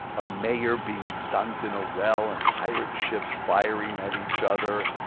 a mayor being dunked in a well and pirate ships firing at each other.